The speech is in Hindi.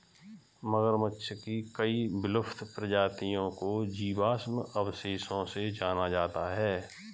मगरमच्छ की कई विलुप्त प्रजातियों को जीवाश्म अवशेषों से जाना जाता है